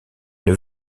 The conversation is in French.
une